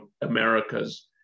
America's